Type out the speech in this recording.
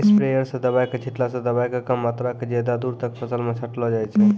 sprayer स दवाय छींटला स दवाय के कम मात्रा क ज्यादा दूर तक फसल मॅ छिटलो जाय छै